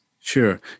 Sure